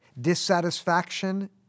dissatisfaction